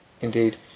Indeed